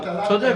צודק.